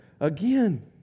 Again